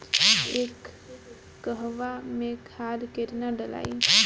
एक कहवा मे खाद केतना ढालाई?